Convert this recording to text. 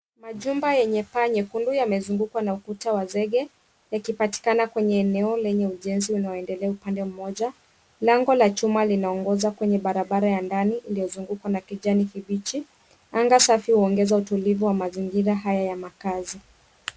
Majumba yenye paa nyekundu yamezungukwa na ukuta wa zenge yakipatikana kwenye eneo lenye ujenzi unaoendelea upande mmoja. Lango la chuma linaongoza kwenye barabara ya ndani iliyozungukwa na kijani kibichi. Anga safi uongeza utulivu wa mazingira haya ya makazi.